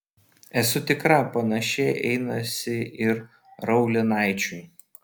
esu tikra panašiai einasi ir raulinaičiui